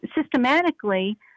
systematically